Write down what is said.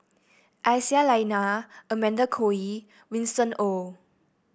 Aisyah Lyana Amanda Koe Lee Winston Oh